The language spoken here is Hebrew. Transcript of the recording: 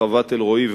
חוות אלרואי ועוד.